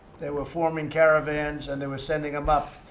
they were forming caravans and they were sending them up.